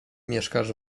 mieszkasz